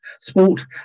Sport